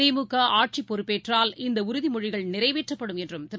திமுகஆட்சிப் பொறுப்பேற்றால் இந்தஉறுதிமொழிகள் நிறைவேற்றப்படும் என்றும் திரு